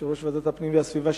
יושב-ראש ועדת הפנים והגנת הסביבה,